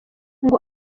ngo